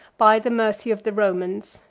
by the mercy of the romans,